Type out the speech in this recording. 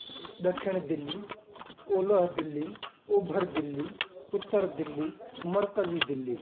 ॾखिण दिल्ली ओलह दिल्ली ओभर दिल्ली उत्तर दिल्ली मर्कज़ी दिल्ली